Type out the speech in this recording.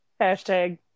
hashtag